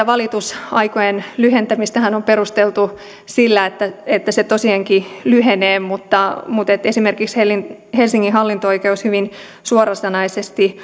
valitusaikojen lyhentämistähän on perusteltu sillä että että ne tosiaankin lyhenevät mutta mutta esimerkiksi helsingin hallinto oikeus on hyvin suorasanaisesti